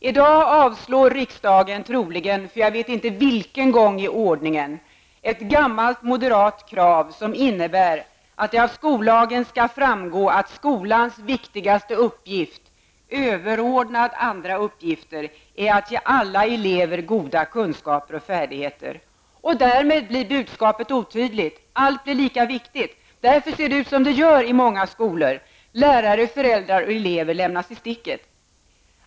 I dag avslår riksdagen troligen -- för jag vet inte vilken gång i ordningen -- ett gammalt moderat krav som innebär att det av skollagen skall framgå att skolans viktigaste uppgift, överordnad andra uppgifter, är att ge alla elever goda kunskaper och färdigheter. Därmed blir budskapet otydligt. Allt blir lika viktigt. Därför ser det ut som det gör i många skolor. Lärare, föräldrar och elever lämnas i sticket.